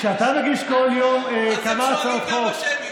כשאתה מגיש כל יום כמה הצעות חוק,